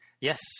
Yes